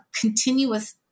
continuous